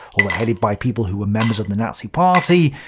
or were headed by people who were members of the nazi party.